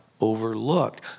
Overlooked